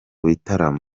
bitaramo